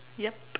yup